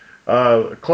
Close